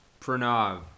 Pranav